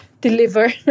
deliver